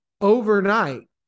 overnight